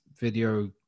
video